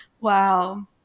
wow